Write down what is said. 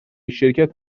شرکت